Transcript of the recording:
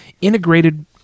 integrated